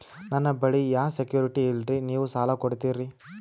ನನ್ನ ಬಳಿ ಯಾ ಸೆಕ್ಯುರಿಟಿ ಇಲ್ರಿ ನೀವು ಸಾಲ ಕೊಡ್ತೀರಿ?